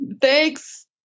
thanks